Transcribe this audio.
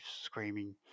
screaming